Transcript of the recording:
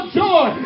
joy